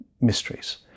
mysteries